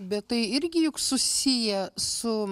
bet tai irgi juk susiję su